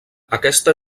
aquesta